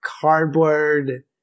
cardboard